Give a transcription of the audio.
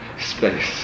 space